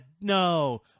no